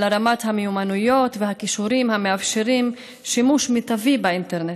לרמת המיומנויות והכישורים המאפשרים שימוש מיטבי באינטרנט,